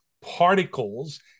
particles